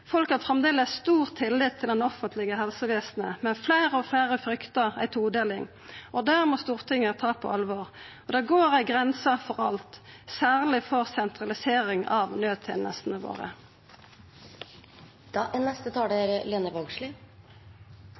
Folk har framleis stor tillit til det offentlege helsevesenet, men fleire og fleire fryktar ei todeling, og det må Stortinget ta på alvor. Det går ei grense for alt, særleg for sentralisering av naudtenestene våre. 22. juli-kommisjonen sa det veldig tydeleg: Den viktigaste beredskapsressursen er